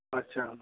अच्छा